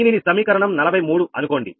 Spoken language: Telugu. దీనిని సమీకరణం 43 అనుకోండి